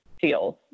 feels